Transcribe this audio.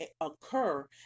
occur